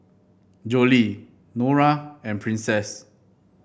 Jolie Norah and Princess